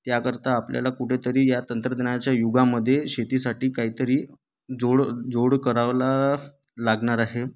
त्याकरता आपल्याला कुठे तरी या तंत्रज्ञानाच्या युगामध्ये शेतीसाठी काहीतरी जोड जोड करावं ला लागणार आहे